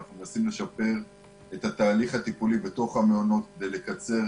אנחנו מנסים לשפר את התהליך הטיפולי בתוך המעונות כדי לקצר